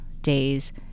days